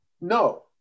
no